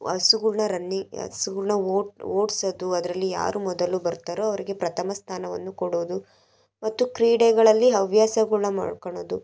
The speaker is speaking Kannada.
ಹಸುಗಳ್ನ ರನ್ನಿ ಹಸುಗಳ್ನ ಓಡ್ಸೋದು ಅದರಲ್ಲಿ ಯಾರು ಮೊದಲು ಬರ್ತಾರೊ ಅವರಿಗೆ ಪ್ರಥಮ ಸ್ಥಾನವನ್ನು ಕೊಡುವುದು ಮತ್ತು ಕ್ರೀಡೆಗಳಲ್ಲಿ ಹವ್ಯಾಸಗಳ್ನ ಮಾಡ್ಕೋಳೋದು